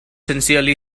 sincerely